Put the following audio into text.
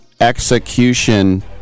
execution